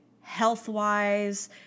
health-wise